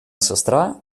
сестра